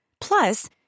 Plus